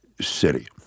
city